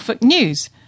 News